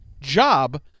job